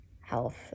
health